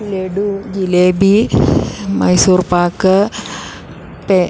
laddu jalebi Mysore pak പേ